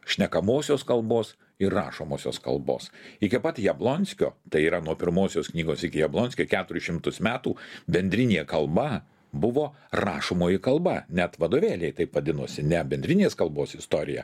šnekamosios kalbos ir rašomosios kalbos iki pat jablonskio tai yra nuo pirmosios knygos iki jablonskio keturis šimtus metų bendrinė kalba buvo rašomoji kalba net vadovėliai taip vadinosi ne bendrinės kalbos istorija